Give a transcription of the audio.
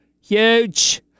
Huge